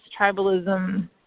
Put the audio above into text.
tribalism